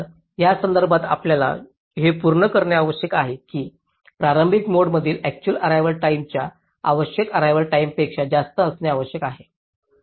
तर यासंदर्भात आम्हाला हे पूर्ण करणे आवश्यक आहे की प्रारंभिक मोडमधील अक्चुअल अर्रेवाल टाईमच्या आवश्यक अर्रेवाल टाईमपेक्षा जास्त असणे आवश्यक आहे